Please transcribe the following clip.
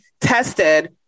tested